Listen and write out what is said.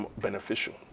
beneficial